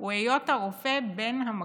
הוא היות הרופא בן המקום.